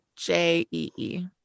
J-E-E